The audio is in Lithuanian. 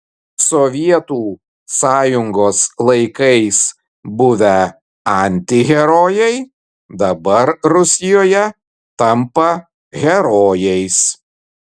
sovietų sąjungos laikais buvę antiherojai dabar rusijoje tampa herojais